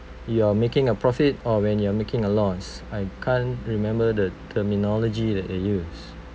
you are making a profit or when you are making a loss I can't remember the terminology that they use